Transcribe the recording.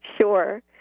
Sure